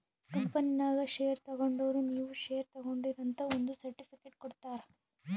ಕಂಪನಿನಾಗ್ ಶೇರ್ ತಗೊಂಡುರ್ ನೀವೂ ಶೇರ್ ತಗೊಂಡೀರ್ ಅಂತ್ ಒಂದ್ ಸರ್ಟಿಫಿಕೇಟ್ ಕೊಡ್ತಾರ್